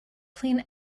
clean